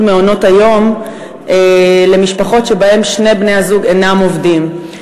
מעונות-היום למשפחות שבהן שני בני-הזוג אינם עובדים.